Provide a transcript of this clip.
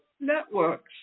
networks